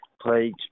played